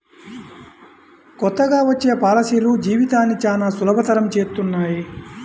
కొత్తగా వచ్చే పాలసీలు జీవితాన్ని చానా సులభతరం చేస్తున్నాయి